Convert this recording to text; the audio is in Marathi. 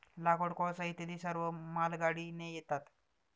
लाकूड, कोळसा इत्यादी सर्व मालगाडीने येतात